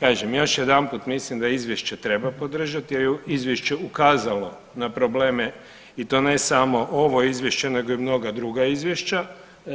Kažem još jedanput mislim da izvješće treba podržati jer je izvješće ukazalo na probleme i to ne samo ovo izvješće nego i mnoga druga izvješća